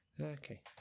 Okay